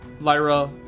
Lyra